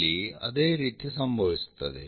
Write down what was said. ಇಲ್ಲಿ ಅದೇ ರೀತಿ ಸಂಭವಿಸುತ್ತದೆ